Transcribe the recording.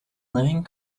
living